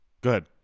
good